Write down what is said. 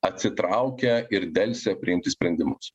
atsitraukia ir delsia priimti sprendimus